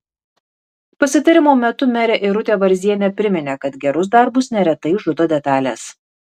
pasitarimo metu merė irutė varzienė priminė kad gerus darbus neretai žudo detalės